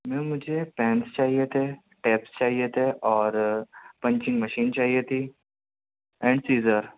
میم مجھے پینس چاہیے تھے ٹیپس چاہیے تھے اور پنچنگ مشین چاہیے تھی اینڈ سیزر